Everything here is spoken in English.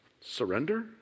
surrender